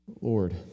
Lord